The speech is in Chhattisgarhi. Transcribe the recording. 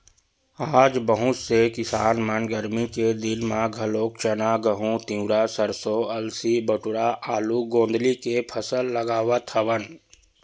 आज बहुत से किसान मन गरमी के दिन म घलोक चना, गहूँ, तिंवरा, सरसो, अलसी, बटुरा, आलू, गोंदली के फसल लगावत हवन